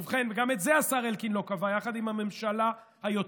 וגם את זה השר אלקין לא קבע יחד עם הממשלה היוצאת,